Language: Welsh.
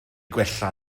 gwella